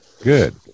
Good